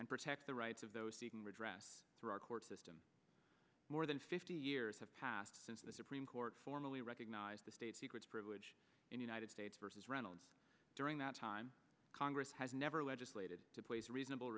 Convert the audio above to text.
and protect the rights of those seeking redress through our court system more than fifty years have passed since the supreme court formally recognized the state secrets privilege in united states versus reynolds during that time congress has never legislated to place reasonable